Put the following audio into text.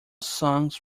songs